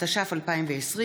התש"ף 2020,